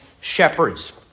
shepherds